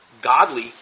godly